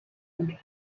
und